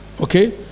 Okay